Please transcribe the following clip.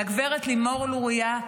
לגב' לימור לוריא,